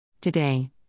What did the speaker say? Today